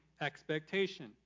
expectation